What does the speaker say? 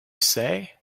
say